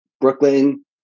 Brooklyn